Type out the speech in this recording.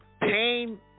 Pain